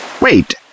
Wait